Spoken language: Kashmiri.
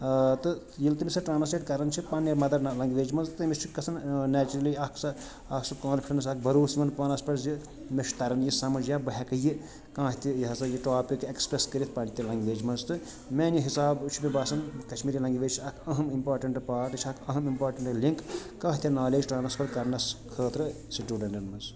آ تہٕ ییٚلہِ تٔمِس سۄ ٹرٛانسلیٹ کَران چھِ پَنٕنہِ مَدَر لنٛگویج منٛز تٔمِس چھُ گژھان نیچرٔلی اَکھ سۄ اَکھ سُہ کانفِڈنٕس اَکھ بروسہٕ یِوان پانَس پیٚٹھ زِ مےٚ چھُ تران یہِ سَمٕجھ یا بہٕ ہیٚکہٕ یہِ کانٛہہ تہِ یہِ ہسا یہِ ٹاپِک ایٚکسپریس کٔرِتھ پَنٕنہِ تہِ لینٛگویج منٛز تہٕ میٛانہِ حِسابہٕ چھُ مےٚ باسان کَشمیٖری لنٛگویج چھِ اَکھ أہم اِمپاٹَنٛٹہٕ پارٹ یہِ چھِ اَکھ اَہم اِمپاٹَنٛٹ لِنٛک کانٛہہ تہِ نالیج ٹرٛانَسفَر کَرنَس خٲطرٕ سٹوٗڈَنٛٹَن منٛز